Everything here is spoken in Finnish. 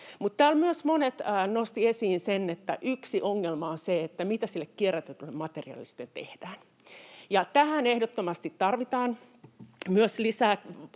mutta täällä monet nostivat esiin myös sen, että yksi ongelma on se, mitä sille kierrätetylle materiaalille sitten tehdään. Tähän ehdottomasti tarvitaan myös lisää